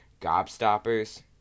gobstoppers